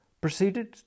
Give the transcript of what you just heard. proceeded